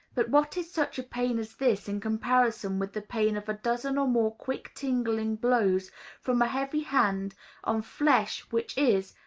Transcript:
but what is such a pain as this, in comparison with the pain of a dozen or more quick tingling blows from a heavy hand on flesh which is,